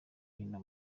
hino